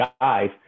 guys